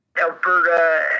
Alberta